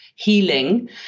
Healing